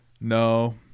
No